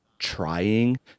trying